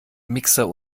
mixer